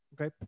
okay